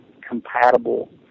compatible